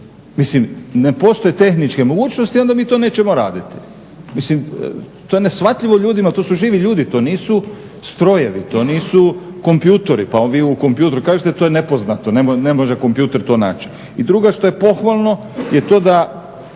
Mislim ne postoje tehničke mogućnosti onda mi to nećemo raditi. Mislim to je neshvatljivo ljudima, to su živi ljudi, to nisu strojevi, to nisu kompjuteri, pa vi u kompjuter kažete, to je nepoznato, ne može kompjuter to naći. I drugo što je pohvalno je to da